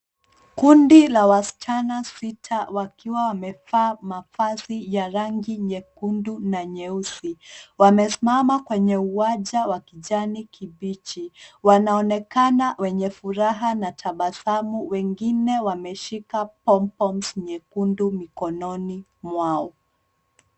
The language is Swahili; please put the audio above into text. Kundi la wasichana sita wakiwa wamevaa mavazi ya rangi nyekundu na nyeusi, wamesimama kwenye uwanja wa kijani kibichi wanaonekana wenye furaha na tabasamu wengine wameshika [pompoms] nyekundu mikononi mwao.